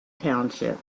township